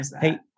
Hey